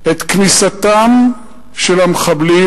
את כניסתם של המחבלים,